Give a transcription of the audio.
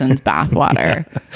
bathwater